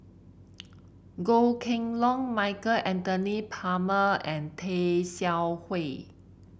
Goh Kheng Long Michael Anthony Palmer and Tay Seow Huah